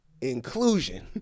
inclusion